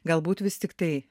galbūt vis tiktai